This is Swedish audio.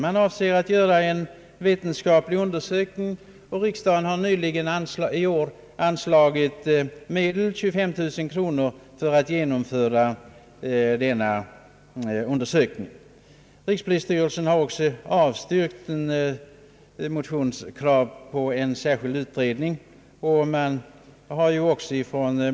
Den avser att göra en vetenskaplig undersökning, och riksdagen har i år anslagit medel, 25 000 kronor, för att undersökningen skall kunna genomföras. Rikspolisstyrelsen har avstyrkt motionskravet på en särskild utredning.